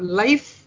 life